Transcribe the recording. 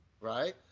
Right